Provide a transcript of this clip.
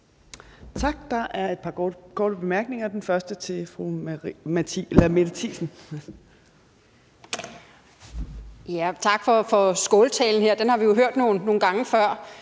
Tak. Der er et par korte bemærkninger. Den første er til fru Mette Thiesen. Kl. 14:04 Mette Thiesen (NB): Tak for skåltalen her. Den har vi jo hørt nogle gange før.